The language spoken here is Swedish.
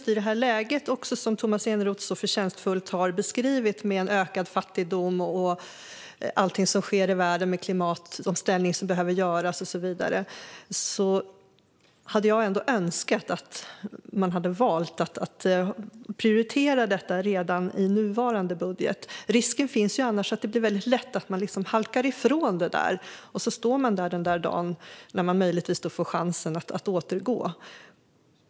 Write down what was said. I det här läget som Tomas Eneroth så förtjänstfullt beskrivit, med ökad fattigdom och allt som sker i världen, klimatomställningen som behöver göras och så vidare, hade jag önskat att man hade valt att prioritera detta redan i nuvarande budget. Risken finns annars att man halkar ifrån det där, och då står man där den dagen man möjligtvis får chansen att återgå.